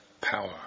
power